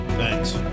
thanks